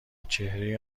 چهره